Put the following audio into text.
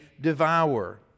devour